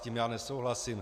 S tím já nesouhlasím.